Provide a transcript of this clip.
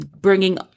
bringing